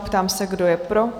Ptám se, kdo je pro?